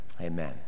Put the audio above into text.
Amen